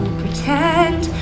pretend